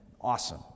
awesome